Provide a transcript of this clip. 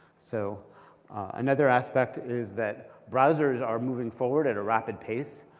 so another aspect is that browsers are moving forward at a rapid pace.